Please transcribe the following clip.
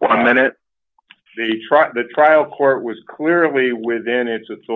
one minute the truck the trial court was clearly within its